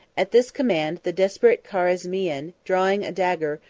at this command, the desperate carizmian, drawing a dagger,